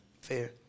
Fair